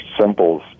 symbols